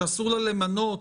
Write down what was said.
שאסור לה למנות